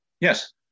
Yes